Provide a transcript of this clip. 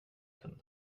den